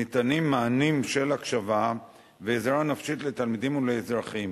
ניתנים מענים של הקשבה ועזרה נפשית לתלמידים ולאזרחים.